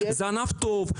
זה ענף טוב,